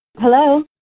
Hello